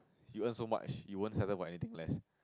you earn so much you won't settle for anything less